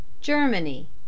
Germany